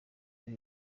ari